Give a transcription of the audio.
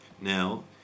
Now